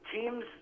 teams